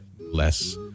Less